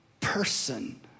person